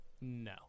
No